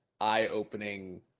eye-opening